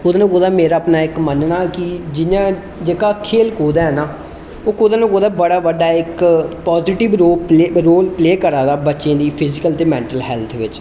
कुतै ना कुतै मेरा इक अपना मन्नना ऐ कि जियां जेहका खेल कूद ऐ ना ओह् कुतै ना कुतै बड़ा बड्डा इक पाजिटिव रोल प्ले करा दा बव्चें दी फिजिकल ते मेंटल हेल्थ बिच्च